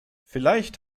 vielleicht